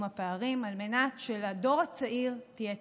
הפערים על מנת שלדור הצעיר תהיה תקווה.